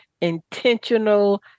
intentional